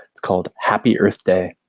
it's called happy earth day.